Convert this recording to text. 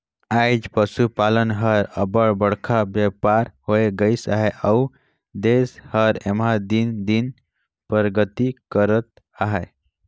आएज पसुपालन हर अब्बड़ बड़खा बयपार होए गइस अहे अउ देस हर एम्हां दिन दिन परगति करत अहे